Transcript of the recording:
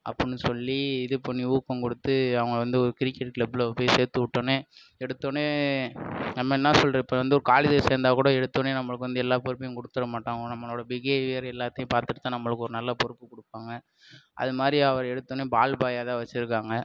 அப்புடின்னு சொல்லி இது பண்ணி ஊக்கம் கொடுத்து அவங்கள வந்து ஒரு கிரிக்கெட் கிளப்பில் போயி சேர்த்து விட்டோன்னே எடுத்தொடனே நம்ம என்ன சொல்றது இப்போ வந்து ஒரு காலேஜில் சேர்ந்தா கூட எடுத்தோடனே நம்மளுக்கு வந்து எல்லா பொறுப்பையும் கொடுத்துற மாட்டாங்க அவங்க நம்மளோட பிகேவியர் எல்லாத்தையும் பார்த்துட்டு தான் நம்மளுக்கு ஒரு நல்ல பொறுப்பு கொடுப்பாங்க அது மாதிரி அவர் எடுத்தொடனே பால் பாயாக தான் வெச்சிருக்காங்க